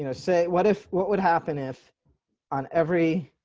you know say what if, what would happen if on every